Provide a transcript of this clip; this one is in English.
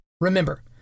Remember